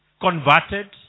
converted